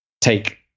take